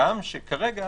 הגם שכרגע,